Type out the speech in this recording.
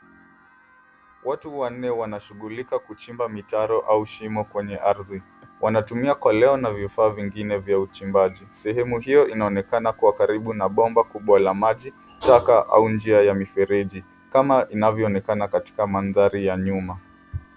Watu wanne wanashughulika kuchimba mitaro au shimo kwenye ardhi. Wanatumia koleo na vifaa vingine vya uchimbaji. Sehemu hiyo inaonekana kuwa karibu na bomba kubwa la maji, taka au njia ya mifereji kama inavyoonekana katika mandhari ya nyuma.